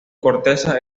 corteza